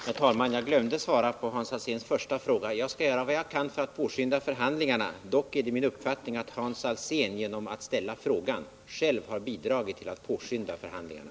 Herr talman! Jag glömde svara på Hans Alséns första fråga. Jag skall göra vad jag kan för att påskynda förhandlingarna. Dock är det min uppfattning att Hans Alsén genom att ställa frågan själv har bidragit till att påskynda dessa.